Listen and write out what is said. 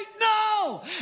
No